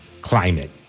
climate